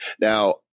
Now